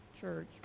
Church